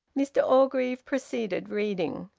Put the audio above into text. mr orgreave proceeded, reading